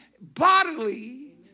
bodily